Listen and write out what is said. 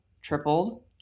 tripled